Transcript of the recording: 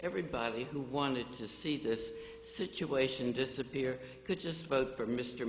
everybody who wanted to see this situation disappear could just vote for m